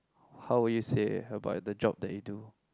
how will you say about the job that you do